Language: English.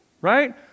right